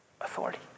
authority